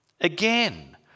Again